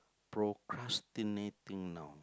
procrastinating now